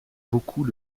beaucoup